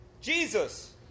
Jesus